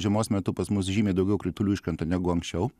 žiemos metu pas mus žymiai daugiau kritulių iškrenta negu anksčiau